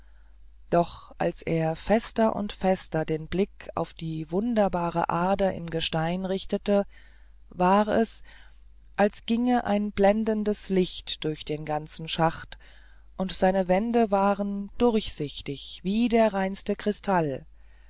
doch als er fester und fester den blick auf die wunderbare ader im gestein richtete war es als ginge ein blendendes licht durch den ganzen schacht und seine wände wurden durchsichtig wie der reinste kristall